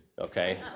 okay